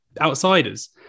outsiders